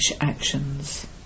actions